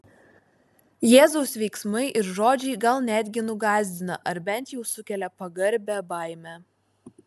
jėzaus veiksmai ir žodžiai gal netgi nugąsdina ar bent jau sukelia pagarbią baimę